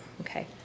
Okay